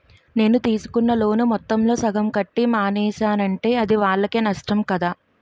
నేను తీసుకున్న లోను మొత్తంలో సగం కట్టి మానేసానంటే అది వాళ్ళకే నష్టం కదా